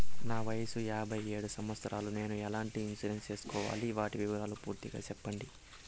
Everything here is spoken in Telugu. నా వయస్సు యాభై ఏడు సంవత్సరాలు నేను ఎట్లాంటి ఇన్సూరెన్సు సేసుకోవాలి? వాటి వివరాలు పూర్తి గా సెప్పండి?